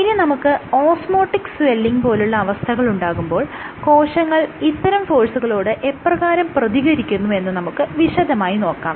ഇനി നമുക്ക് osmotic swelling പോലുള്ള അവസ്ഥകളുണ്ടാകുമ്പോൾ കോശങ്ങൾ ഇത്തരം ഫോഴ്സുകളോട് എപ്രകാരം പ്രതികരിക്കുന്നു എന്ന് നമുക്ക് വിശദമായ നോക്കാം